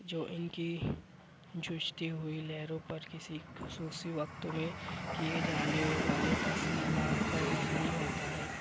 جو ان کی جوجھتی ہوئی لہروں پر کسی خصوصی وقت میں کئے جانے والے تصمیمات پر مبنی ہوتا ہے